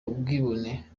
ubwibone